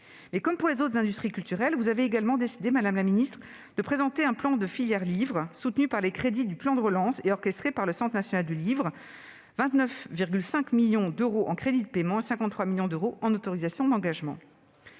comme pour les autres industries culturelles, vous avez également décidé, madame la ministre, de présenter un plan « filière livre », soutenu par les crédits du plan de relance et orchestré par le CNL, à hauteur de 29,5 millions d'euros en crédits de paiement et 53 millions d'euros en autorisations d'engagement.